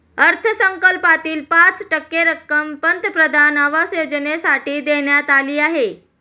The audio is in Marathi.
अर्थसंकल्पातील पाच टक्के रक्कम पंतप्रधान आवास योजनेसाठी देण्यात आली आहे